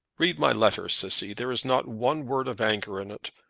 read my letter, cissy. there is not one word of anger in it,